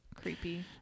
creepy